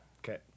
Okay